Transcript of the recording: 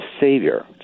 savior